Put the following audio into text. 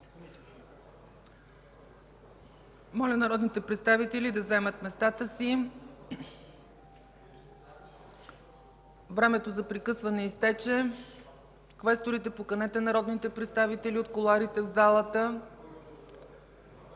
Моля народните представители да заемат местата си – времето за прекъсване изтече. Квесторите, поканете народните представители от кулоарите в залата